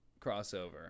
Crossover